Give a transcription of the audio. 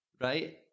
right